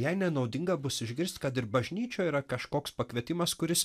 jai nenaudinga bus išgirst kad ir bažnyčioj yra kažkoks pakvietimas kuris